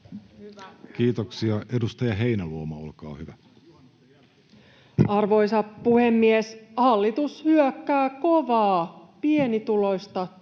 Kiitoksia. — Edustaja Heinäluoma, olkaa hyvä. Arvoisa puhemies! Hallitus hyökkää kovaa pienituloista,